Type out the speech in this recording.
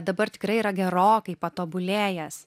o dabar tikrai yra gerokai patobulėjęs